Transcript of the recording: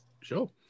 Sure